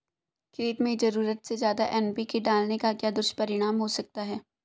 खेत में ज़रूरत से ज्यादा एन.पी.के डालने का क्या दुष्परिणाम हो सकता है?